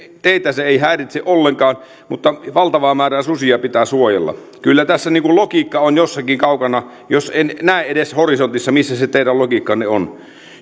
teitä se ei häiritse ollenkaan mutta valtavaa määrää susia pitää suojella kyllä tässä logiikka on jossakin kaukana jos en näe edes horisontissa missä se teidän logiikkanne on